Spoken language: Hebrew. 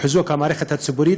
לחיזוק המערכת הציבורית,